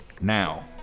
Now